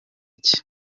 cye